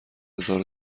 هزار